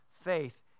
faith